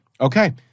okay